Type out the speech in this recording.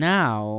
Now